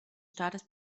staates